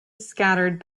scattered